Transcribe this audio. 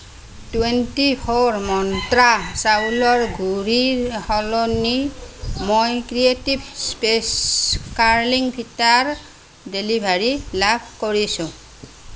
twenty four মন্ত্ৰা চাউলৰ গুড়িৰ সলনি মই ক্ৰিয়েটিভ স্পেচ কাৰ্লিং ফিটাৰ ডেলিভাৰী লাভ কৰিছোঁ